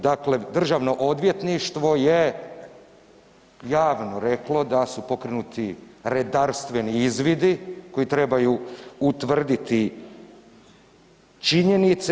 Dakle, državno odvjetništvo je javno reklo da su pokrenuti redarstveni izvidi koji trebaju utvrditi činjenice.